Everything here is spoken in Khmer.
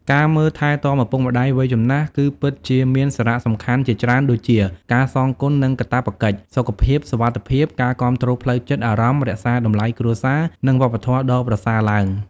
ការមើលថែទាំឪពុកម្ដាយវ័យចំណាស់គឺពិតជាមានសារៈសំខាន់ជាច្រើនដូច ការសងគុណ និងកាតព្វកិច្ច សុខភាព សុវត្ថិភាព ការគាំទ្រផ្លូវចិត្ត អារម្មណ៍ រក្សាតម្លៃគ្រួសារ និងវប្បធម៌ដ៏ប្រសើរឡើង។